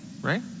right